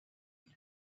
niña